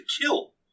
kill